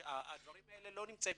הדברים לא נמצאים